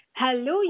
Hello